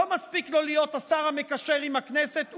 לא מספיק להיות השר המקשר עם הכנסת,